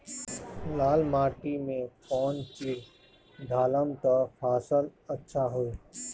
लाल माटी मे कौन चिज ढालाम त फासल अच्छा होई?